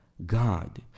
god